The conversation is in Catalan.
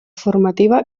formativa